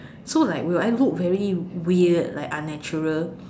so like will I look very weird like unnatural